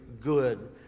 good